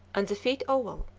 and the feet oval.